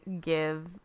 give